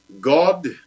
God